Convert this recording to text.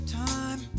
time